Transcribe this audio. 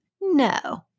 No